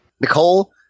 Nicole